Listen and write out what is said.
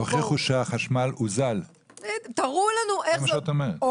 תוכיחו שהחשמל הוזל, זה מה שאת אומרת.